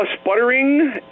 sputtering